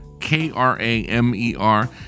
K-R-A-M-E-R